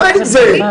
די עם זה,